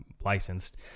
licensed